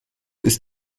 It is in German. ist